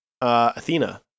athena